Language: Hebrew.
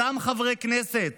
אותם חברי כנסת